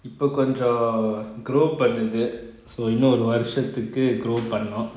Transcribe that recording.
இப்போ கொஞ்சம் போனது:ipo konjam panathu grow permitted so இன்னும் ஒரு வருசத்துக்கு:inum oru varusathuku grow பண்ணனும்:pannanum